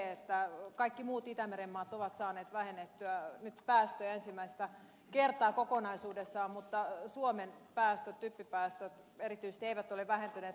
ikävää on se että kaikki muut itämeren maat ovat saaneet vähennettyä nyt päästöjä ensimmäistä kertaa kokonaisuudessaan mutta suomen päästöt typpipäästöt erityisesti eivät ole vähentyneet